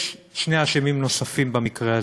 יש שני אשמים נוספים במקרה הזה: